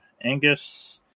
Angus